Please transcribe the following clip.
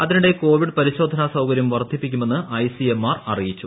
അതിനിടെ കോവിഡ് പരിശോധനാ സൌകര്യം വർദ്ധിപ്പിക്കുമെന്ന് ഐ സി എം ആർ അറിയിച്ചു